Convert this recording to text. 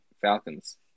Falcons